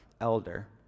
elder